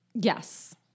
Yes